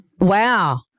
Wow